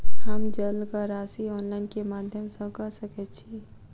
हम जलक राशि ऑनलाइन केँ माध्यम सँ कऽ सकैत छी?